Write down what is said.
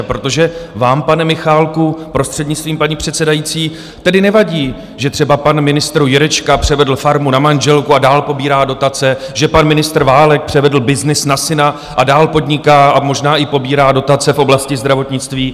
Protože vám, pane Michálku, prostřednictvím paní předsedající, tedy nevadí, že třeba pan ministr Jurečka převedl farmu na manželku a dál pobírá dotace, že pan ministr Válek převedl byznys na syna a dál podniká a možná i pobírá dotace v oblasti zdravotnictví?